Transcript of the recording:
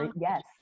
Yes